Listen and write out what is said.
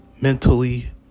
Mentally